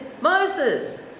Moses